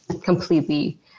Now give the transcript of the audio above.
completely